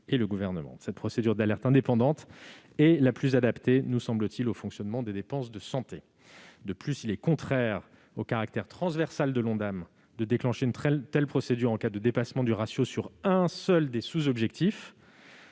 Cette procédure d'alerte indépendante est la plus adaptée, nous semble-t-il, au fonctionnement des dépenses de santé. De plus, il est contraire au caractère transversal de l'Ondam de déclencher une telle procédure en cas de dépassement du ratio sur un seul des sous-objectifs.